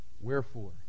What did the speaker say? Wherefore